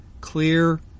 clear